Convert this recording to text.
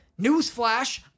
Newsflash